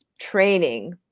training